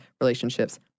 relationships